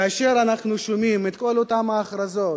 כאשר אנחנו שומעים את כל אותן ההכרזות: